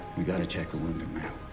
we've gotta check the wounded, ma'am.